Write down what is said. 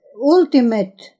ultimate